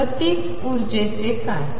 गतीज ऊर्जेचे काय